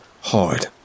hard